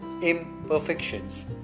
imperfections